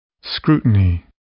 Scrutiny